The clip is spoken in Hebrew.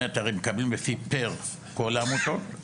זאת אומרת הרי מקבלים לפי פר כל העמותות,